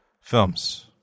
films